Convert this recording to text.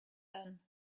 done